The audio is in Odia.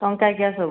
ଟଙ୍କାକିଆ ସବୁ